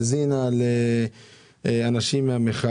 האזינה לאנשים שהשתתפו בהפגנות